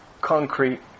concrete